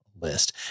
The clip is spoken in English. list